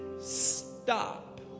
stop